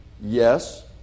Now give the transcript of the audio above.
Yes